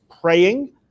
praying